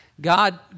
God